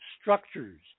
structures